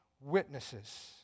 witnesses